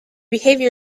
behavior